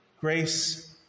Grace